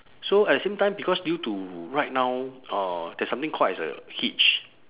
so at the same time because due to right now uh there's something called as a hitch